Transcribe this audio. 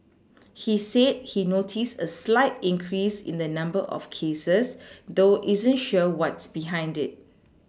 he said he's noticed a slight increase in the number of cases though isn't sure what's behind it